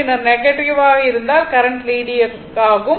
பின்னர் நெகட்டிவ் இருந்தால் current leading ஆகும்